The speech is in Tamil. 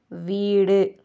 வீடு